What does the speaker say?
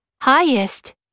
highest